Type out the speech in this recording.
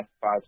five